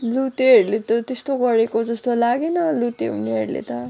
लुतेहरूले त त्यस्तो गरेको जस्तो लागेन लुते हुनेहरूले त